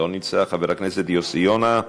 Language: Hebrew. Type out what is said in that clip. לא נמצא, חבר הכנסת יוסי יונה,